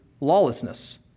lawlessness